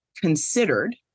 considered